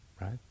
right